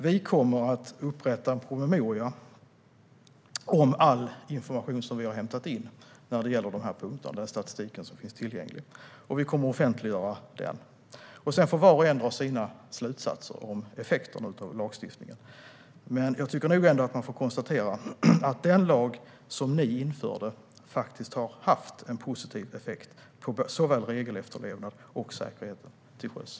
Vi kommer att upprätta en promemoria med all information som vi har hämtat in vad gäller den statistik som finns tillgänglig, och vi kommer att offentliggöra den. Sedan får var och dra egna slutsatser om effekterna av lagstiftningen. Man får nog ändå konstatera att den lag som ni införde faktiskt har haft en positiv effekt på såväl regelefterlevnad som säkerhet till sjöss.